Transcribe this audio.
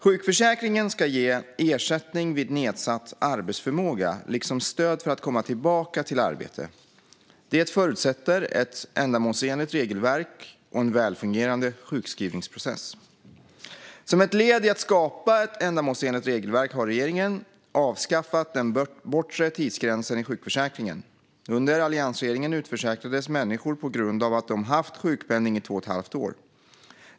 Sjukförsäkringen ska ge ersättning vid nedsatt arbetsförmåga liksom stöd för att komma tillbaka till arbete. Det förutsätter ett ändamålsenligt regelverk och en väl fungerande sjukskrivningsprocess. Som ett led i att skapa ett ändamålsenligt regelverk har regeringen avskaffat den bortre tidsgränsen i sjukförsäkringen. Under alliansregeringen utförsäkrades människor på grund av att de haft sjukpenning i två och ett halvt år.